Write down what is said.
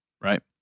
right